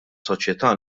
soċjetà